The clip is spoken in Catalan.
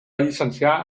llicenciar